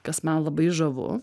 kas man labai žavu